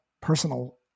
personal